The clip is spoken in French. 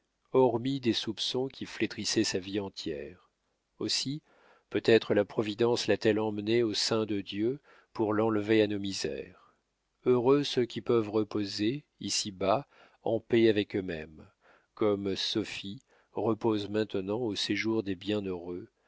hormis des soupçons qui flétrissaient sa vie entière aussi peut-être la providence la t elle amenée au sein de dieu pour l'enlever à nos misères heureux ceux qui peuvent reposer ici-bas en paix avec eux-mêmes comme sophie repose maintenant au séjour des bienheureux